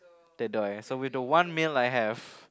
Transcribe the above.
so with the one mil I have